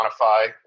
quantify